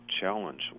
challenge